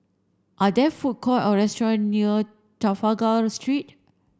are there food court or restaurant near Trafalgar Street